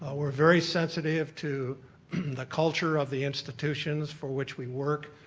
ah we're very sensitive to the culture of the institutions for which we work.